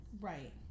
Right